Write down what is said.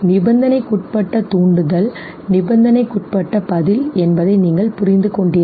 நிபந்தனைக்குட்பட்ட தூண்டுதல் நிபந்தனைக்குட்பட்ட பதில் சரி என்பதை நீங்கள் புரிந்துகொண்டீர்கள்